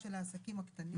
האוצר.